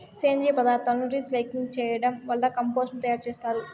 సేంద్రీయ పదార్థాలను రీసైక్లింగ్ చేయడం వల్ల కంపోస్టు ను తయారు చేత్తారు